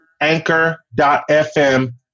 anchor.fm